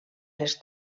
les